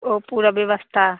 वह पूरा व्यवस्था